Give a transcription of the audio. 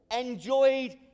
enjoyed